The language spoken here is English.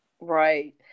Right